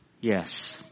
Yes